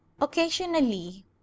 occasionally